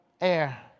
air